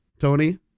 Tony